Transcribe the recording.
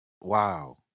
Wow